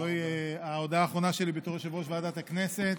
זוהי ההודעה האחרונה שלי בתור יושב-ראש ועדת הכנסת,